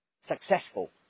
successful